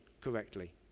correctly